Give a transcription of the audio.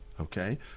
Okay